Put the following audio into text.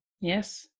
Yes